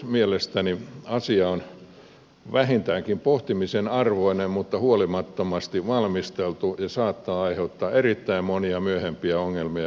mielestäni asia on vähintäänkin pohtimisen arvoinen mutta huolimattomasti valmisteltu ja saattaa aiheuttaa erittäin monia myöhempiä ongelmia ja korjaustarvetta